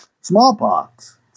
smallpox